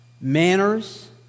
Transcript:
manners